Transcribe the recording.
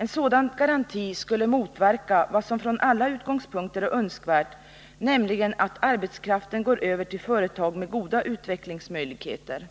En sådan garanti skulle motverka vad som från alla utgångspunkter är önskvärt, nämligen att arbetskraften går över till företag med goda utvecklingsmöjligheter.